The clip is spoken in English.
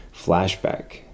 flashback